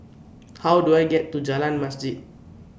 How Do I get to Jalan Masjid